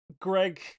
Greg